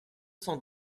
cent